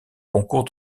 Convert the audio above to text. concours